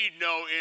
no